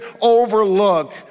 overlook